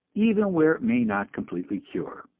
even where it may not completely cure.